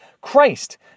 Christ